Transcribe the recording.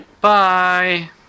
Bye